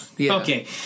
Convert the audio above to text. Okay